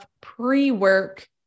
pre-work